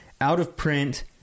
out-of-print